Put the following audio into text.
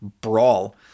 brawl